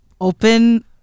open